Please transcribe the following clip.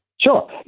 Sure